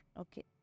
okay